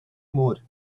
mode